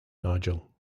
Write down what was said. nigel